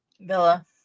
Villa